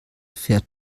fährt